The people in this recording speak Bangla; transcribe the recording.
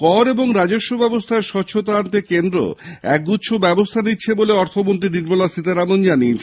কর ও রাজস্ব ব্যবস্থায় স্বচ্ছতা আনতে কেন্দ্র একগুচ্ছ ব্যবস্থা নিচ্ছে বলে অর্থমন্ত্রী নির্মলা সীতারমণ জানিয়েছেন